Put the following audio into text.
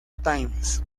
times